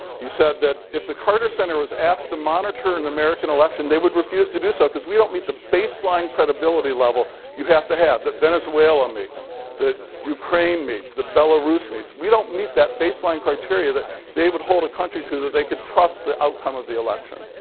he said that if the carter center was asked to monitor an and american election, they would refuse to do so, because we don't meet the baseline credibility level you have to have that venezuela meets, that ukraine meets, the belarus meets. we don't meet that baseline criteria that they would hold a country to that they could trust the outcome of the election.